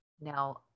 Now